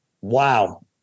Wow